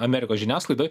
amerikos žiniasklaidoj